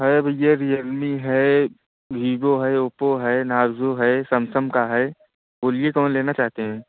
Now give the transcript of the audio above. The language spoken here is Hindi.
अरे भैया रियलमी है विवो है ओपो है नारजो है सैमसम का है बोलिए कौन लेना चाहते हैं